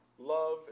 Love